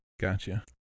Gotcha